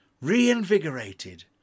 reinvigorated